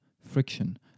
friction